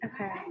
Okay